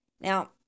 Now